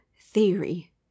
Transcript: theory